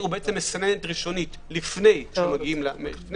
הוא מסננת ראשונית לפני שמגיעים.